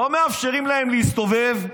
לא מאפשרים להם להסתובב,